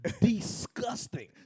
disgusting